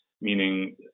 meaning